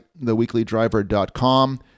theweeklydriver.com